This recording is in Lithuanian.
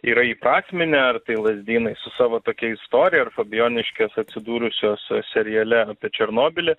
yra įprasminę ar tai lazdynai su savo tokia istorija ar fabijoniškės atsidūrusios seriale apie černobylį